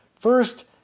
First